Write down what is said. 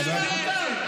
תשמע אותם.